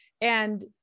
and-